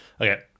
Okay